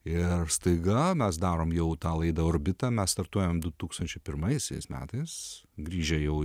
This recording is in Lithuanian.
ir staiga mes darom jau tą laidą orbita mes startuojam du tūkstančiai pirmaisiais metais grįžę jau į